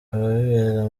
abibera